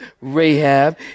Rahab